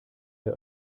der